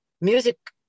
music